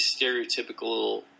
stereotypical